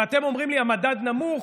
ואתם אומרים לי: המדד נמוך,